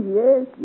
yes